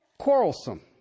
quarrelsome